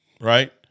Right